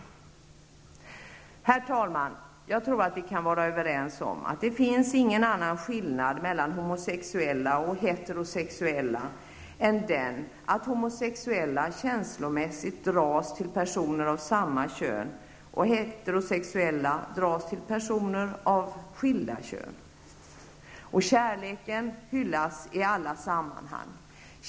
Herr talman! Jag tror att vi kan vara överens om att det inte finns någon annan skillnad mellan homosexuella och heterosexuella än den, att homosexuella känslomässigt dras till personer av samma kön och heterosexuella dras till personer av skilda kön. Kärleken hyllas i alla sammanhang.